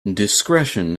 discretion